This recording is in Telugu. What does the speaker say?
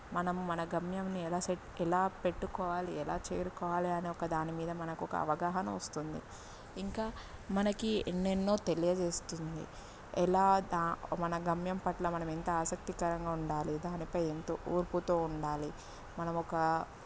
మనం మన గమ్యంని ఎలా సెట్ ఎలా పెట్టుకోవాలి ఎలా చేరుకోవాలి అనే ఒకదానిమీద మనకు ఒక అవగాహన వస్తుంది ఇంకా మనకి ఎన్నెన్నో తెలియజేస్తుంది ఎలా దా మన గమ్యం పట్ల మనం ఎంత ఆసక్తికరంగా ఉండాలి దానిపై ఎంతో ఓర్పుతో ఉండాలి మనం ఒక